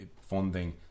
funding